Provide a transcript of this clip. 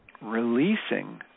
releasing